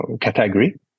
category